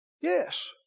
Yes